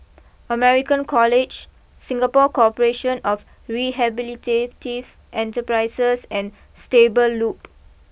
American College Singapore Corporation of Rehabilitative Enterprises and Stable Loop